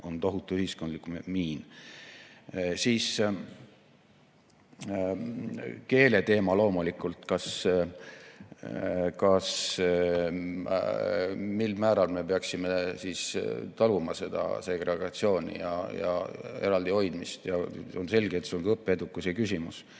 on tohutu ühiskondlik miin. Siis keeleteema loomulikult, kas ja mil määral me peaksime taluma segregatsiooni ja eraldi hoidmist. On selge, et see on ka õppeedukuse küsimus.